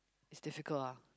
it's difficult ah